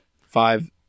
five